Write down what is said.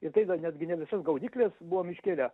ir tai dar netgi ne visos gaudykles buvome iškėlę